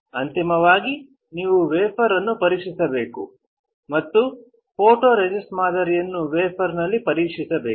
ಅಂತಿಮವಾಗಿ ನೀವು ವೇಫರ್ ಅನ್ನು ಪರೀಕ್ಷಿಸಬೇಕು ಮತ್ತು ಫೋಟೊರೆಸಿಸ್ಟ್ ಮಾದರಿಯನ್ನು ವೇಫರ್ನಲ್ಲಿ ಪರೀಕ್ಷಿಸಬೇಕು